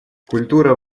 культура